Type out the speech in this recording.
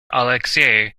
alexei